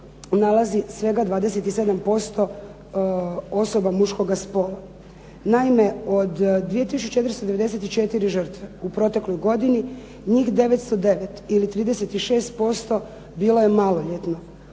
nalazi svega 27% osoba muškoga spola. Naime, od 2 tisuće 494 žrtve u protekloj godini, njih 909 ili 36% bilo je maloljetno.